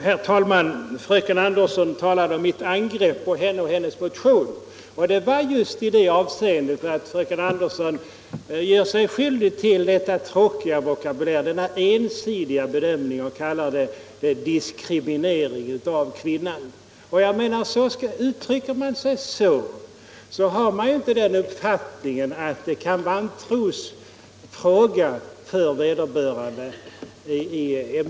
Herr talman! Fröken Andersson talade om mitt angrepp på henne och hennes motion. Det gällde just att fröken Andersson gör sig skyldig till denna tråkiga vokabulär, denna ensidiga bedömning, och kallar det diskriminering av kvinnan. Jag menar att uttrycker man sig så, då har man inte den uppfattningen att ämbetssynen kan vara en trosfråga för vederbörande.